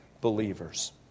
believers